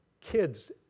kids